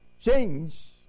change